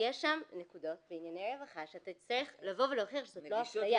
יש שם נקודות בענייני רווחה שאתה צריך לבוא ולהוכיח שזאת לא אפלייה.